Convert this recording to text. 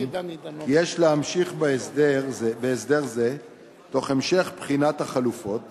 כי יש להמשיך בהסדר זה תוך המשך בחינת החלופות